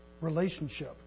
relationship